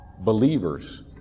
believers